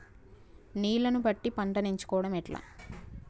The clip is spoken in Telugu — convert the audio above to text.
నీళ్లని బట్టి పంటను ఎంచుకోవడం ఎట్లా?